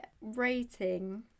rating